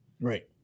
Right